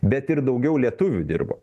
bet ir daugiau lietuvių dirbo